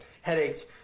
headaches